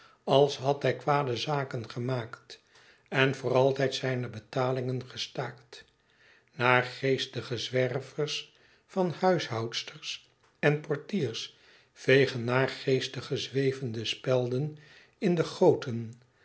als had hij kwade zaken gemaakt en voor altijd zijne betalingen gestaakt naargeestige zwervers van huishoudsters en portiers vegen naargeestige zwervende spelden in de goten